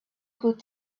could